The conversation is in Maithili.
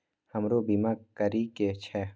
हमरो बीमा करीके छः?